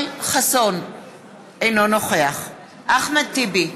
אינו נוכח אחמד טיבי,